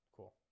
Cool